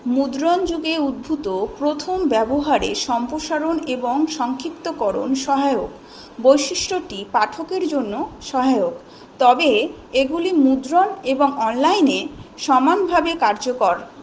মুদ্রণ যুগে উদ্ভূত প্রথম ব্যবহারে সম্প্রসারণ এবং সংক্ষিপ্তকরণ সহায়ক বৈশিষ্ট্যটি পাঠকের জন্য সহায়ক তবে এগুলি মুদ্রণ এবং অনলাইনে সমানভাবে কার্যকর